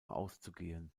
auszugehen